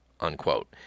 unquote